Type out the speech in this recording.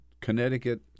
Connecticut